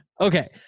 Okay